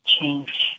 change